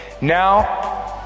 Now